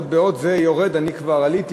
בעוד זה יורד אני כבר עליתי,